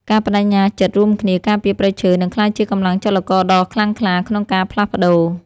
ការប្តេជ្ញាចិត្តរួមគ្នាការពារព្រៃឈើនឹងក្លាយជាកម្លាំងចលករដ៏ខ្លាំងក្លាក្នុងការផ្លាស់ប្តូរ។